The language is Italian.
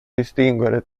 distinguere